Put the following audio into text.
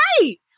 Right